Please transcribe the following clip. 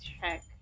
check